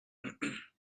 act